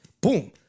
Boom